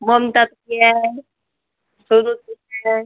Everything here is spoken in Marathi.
वंदाताई आहे सरस्वती आहे